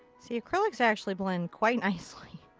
see, acrylics actually blend quite nicely.